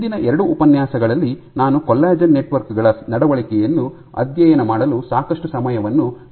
ಹಿಂದಿನ ಎರಡು ಉಪನ್ಯಾಸಗಳಲ್ಲಿ ನಾನು ಕೊಲ್ಲಾಜೆನ್ ನೆಟ್ವರ್ಕ್ ಗಳ ನಡವಳಿಕೆಯನ್ನು ಅಧ್ಯಯನ ಮಾಡಲು ಸಾಕಷ್ಟು ಸಮಯವನ್ನು ಕಳೆದಿದ್ದೇನೆ